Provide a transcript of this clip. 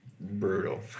Brutal